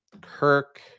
Kirk